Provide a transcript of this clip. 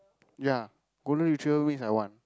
ya golden retriever mix I want